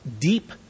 deep